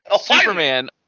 Superman